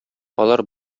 алар